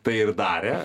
tai ir darė